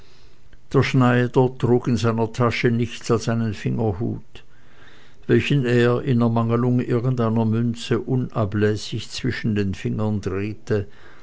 der schneider trug in seiner tasche nichts als einen fingerhut welchen er in ermangelung irgendeiner münze unablässig zwischen den fingern drehte